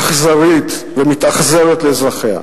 אכזרית ומתאכזרת לאזרחיה.